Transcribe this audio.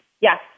yes